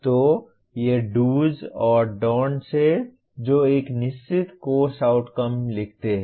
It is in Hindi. तो ये do's और don'ts हैं जो एक निश्चित कोर्स आउटकम लिखते हैं